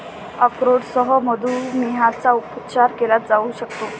अक्रोडसह मधुमेहाचा उपचार केला जाऊ शकतो